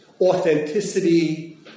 authenticity